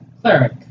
Cleric